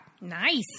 Nice